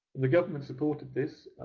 the government supported this.